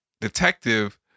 detective